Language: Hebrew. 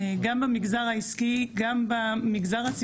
גם במגזר העסקי,